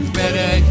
better